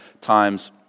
times